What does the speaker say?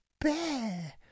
bear